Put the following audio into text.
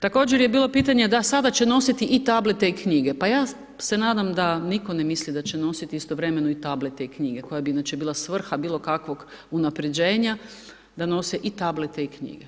Također je bilo pitanje, da sada će nositi i tablete i knjige, pa ja se nadam da nitko ne misli da će nositi istovremeno i tablete i knjige, koja bi inače bila svrha bilo kakvog unapređenja da nose i tablete i knjige.